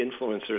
influencers